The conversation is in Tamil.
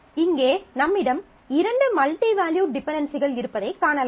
இங்கே நம்மிடம் 2 மல்டி வேல்யூட் டிபென்டென்சிகள் இருப்பதைக் காணலாம்